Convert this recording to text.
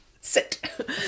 Sit